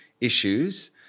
issues